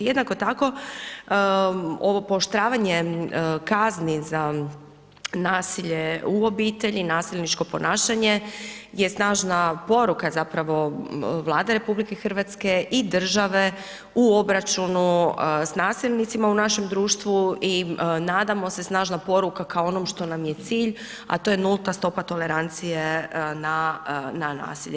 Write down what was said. Jednako tako ovo pooštravanje kazni za nasilje u obitelji, nasilničko ponašanje je snažna poruka zapravo Vlade RH i države u obračunu s nasilnicima u našem društvu i nadamo se, snažna poruka kao onom što nam je cilj, a to je nulta stopa tolerancije na nasilje.